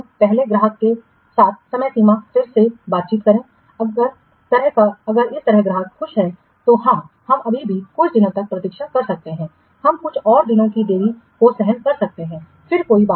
पहले ग्राहक के साथ समय सीमा फिर से बातचीत करें अगर तरह का ग्राहक खुश है तो हाँ हम अभी भी कुछ दिनों तक प्रतीक्षा कर सकते हैं हम कुछ और दिनों की देरी को सहन कर सकते हैं फिर कोई बात नहीं